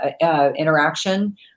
interaction